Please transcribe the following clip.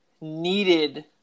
needed